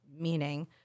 meaning